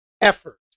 effort